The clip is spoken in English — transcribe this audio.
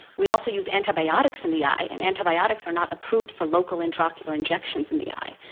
we often use antibiotics in the eye, and antibiotics are not approved for local intraocular injections in the eye,